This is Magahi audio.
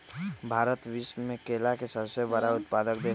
भारत विश्व में केला के सबसे बड़ उत्पादक देश हई